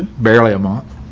barely a month.